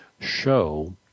show